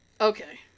Okay